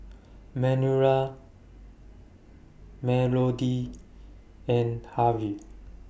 Manuela Melodee and Harvey